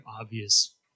obvious